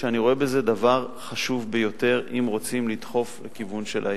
ואני רואה בזה דבר חשוב ביותר אם רוצים לדחוף לכיוון של האיכות.